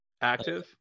Active